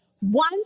One